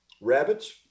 rabbits